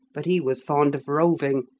but he was fond of roving,